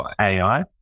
AI